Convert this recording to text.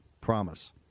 promise